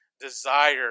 desire